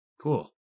Cool